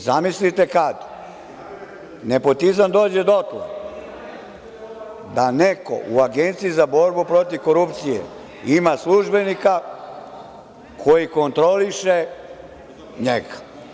Zamislite kad nepotizam dođe dotle da neko u Agenciji za borbu protiv korupcije ima službenika koji kontroliše njega.